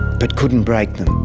but couldn't break them.